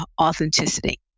authenticity